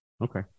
Okay